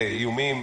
כן, איומים.